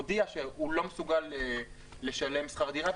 הודיע שהוא לא מסוגל לשלם שכר דירה,